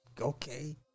Okay